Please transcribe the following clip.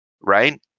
right